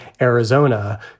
Arizona